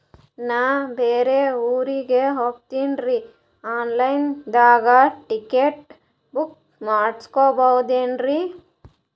ನಾ ಬ್ಯಾರೆ ಊರಿಗೆ ಹೊಂಟಿನ್ರಿ ಆನ್ ಲೈನ್ ದಾಗ ಟಿಕೆಟ ಬುಕ್ಕ ಮಾಡಸ್ಬೋದೇನ್ರಿ?